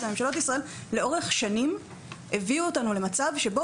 ממשלות ישראל לאורך שנים הביאו אותנו למצב שבו,